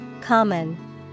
Common